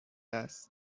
است